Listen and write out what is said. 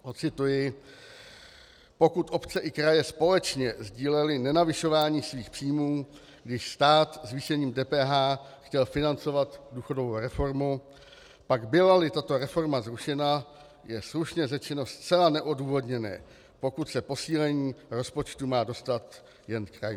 Ocituji: Pokud obce i kraje společně sdílely nenavyšování svých příjmů, když stát zvýšením DPH chtěl financovat důchodovou reformu, pak bylali tato reforma zrušena, je slušně řečeno zcela neodůvodněné, pokud se posílení rozpočtu má dostat jen krajům.